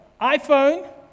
iPhone